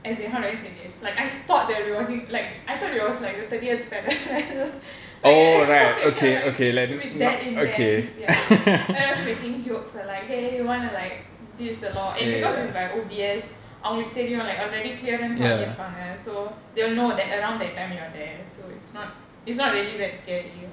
as in how do I say this like I thought they'll be watching like I thought it was like the thirtieth fed like I like it'll be that intense ya and I was making jokes ah like !hey! you wanna like ditch the law and because it's by O_B_S அவங்களுக்குதெரியும்:avankaluku theriyum like already clearance வாங்கிருப்பாங்க:vaankiruppaanka so they'll know that around that time you're there so it's not it's not really that scary